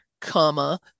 comma